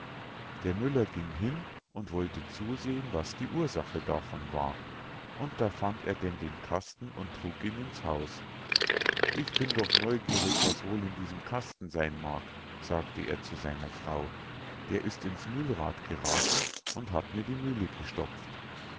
der müller ging hin und wollte zusehen was die ursache davon war und da fand er denn den kasten und trug ihn ins haus ich bin doch neugierig was wohl in diesem kasten sein mag sagte er zu seiner frau der ist ins mühlrad gerathen und hat mir die mühle gestopft